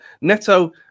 Neto